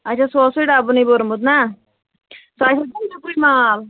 اَچھا سُہ اوسُو ڈَبنٕے بوٚرمُت نہ تۄہہِ وٕچھو مال